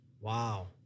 Wow